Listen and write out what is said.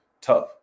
tough